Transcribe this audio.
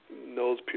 nose